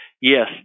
yes